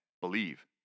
believe